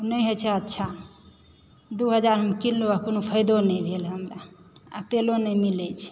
नहि होइ छै अच्छा दू हजारमे कीनलहुँ आ कोनो फायदो नहि भेल हमरा आ तेलो नही मिलै छै